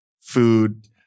food